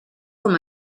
com